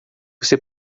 você